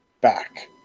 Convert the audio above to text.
back